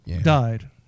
died